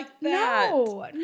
no